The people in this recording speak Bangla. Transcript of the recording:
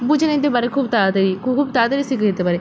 বুঝে নিতে পারে খুব তাড়াতাড়ি খুব তাড়াতাড়ি শিখে নিতে পারে